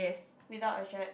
without a shirt